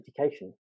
education